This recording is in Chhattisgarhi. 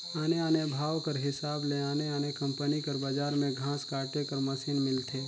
आने आने भाव कर हिसाब ले आने आने कंपनी कर बजार में घांस काटे कर मसीन मिलथे